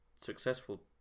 successful